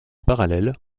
parallèle